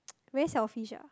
very selfish ah